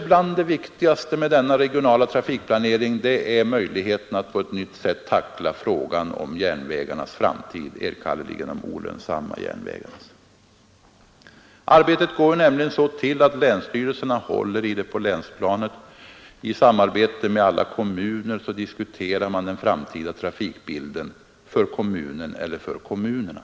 Bland det viktigaste med den regionala trafikplaneringen är kanske möjligheten att på ett nytt sätt tackla frågan om järnvägarnas, enkannerligen de olönsamma järnvägarnas, framtid. Arbetet går nämligen så till att länsstyrelserna håller i det på länsplanet. I samarbete med alla kommuner diskuterar man den framtida trafikbilden för kommunen eller kommunerna.